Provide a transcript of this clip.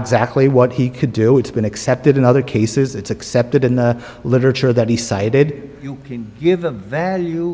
exactly what he could do it's been accepted in other cases it's accepted in the literature that he cited you can give a value